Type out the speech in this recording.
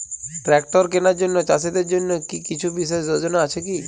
Tractor কেনার জন্য চাষীদের জন্য কী কিছু বিশেষ যোজনা আছে কি?